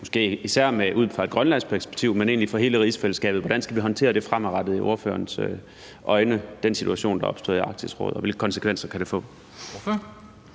måske især ud fra et grønlandsk perspektiv, men egentlig også for hele rigsfællesskabet? Hvordan skal vi i ordførerens øjne fremadrettet håndtere den situation, der er opstået i Arktisk Råd, og hvilke konsekvenser kan det få?